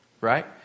right